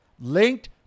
linked